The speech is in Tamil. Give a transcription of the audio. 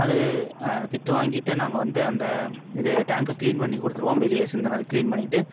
அது திட்டு வாங்கிட்டு நாங்கள் வந்து அந்த இது டேங்க்கை கிளீன் பண்ணி கொடுத்துருவோம் வெளியே சிந்தினதுக்கு கிளீன் பண்ணிட்டு